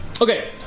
Okay